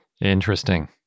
Interesting